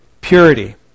Purity